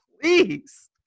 Please